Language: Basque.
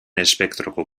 espektroko